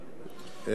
דרך אגב,